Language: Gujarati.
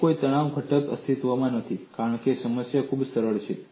અન્ય કોઈ તણાવ ઘટક અસ્તિત્વમાં નથી કારણ કે સમસ્યા ખૂબ જ સરળ છે